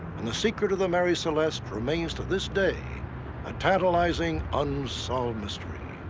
and the secret of the mary celeste remains to this day a tantalizing unsolved mystery.